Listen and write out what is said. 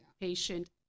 patient